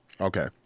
Okay